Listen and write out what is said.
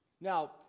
Now